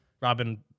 Robin